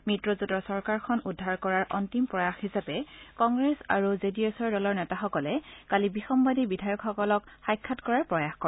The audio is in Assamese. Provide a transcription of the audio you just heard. মিত্ৰজোটৰ চৰকাৰখন উদ্ধাৰ কৰাৰ অন্তিম প্ৰয়াস হিচাপে কংগ্ৰেছ আৰু জেডিএছ দলৰ নেতাসকলে কালি বিসম্বাদী বিধায়কসকলক সাক্ষাৎ কৰাৰ প্ৰয়াস কৰে